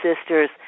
sisters